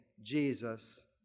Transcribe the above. Jesus